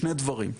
שני דברים,